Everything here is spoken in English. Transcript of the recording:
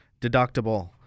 deductible